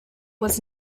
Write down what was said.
was